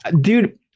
dude